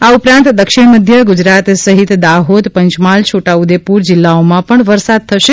આ ઉપરાંત દક્ષિણ મધ્ય ગુજરાત સહિત દાહોદ પંચમહાલ છોટાઉદેપુર જિલ્લાઓમાં પજ્ઞ વરસાદ થશે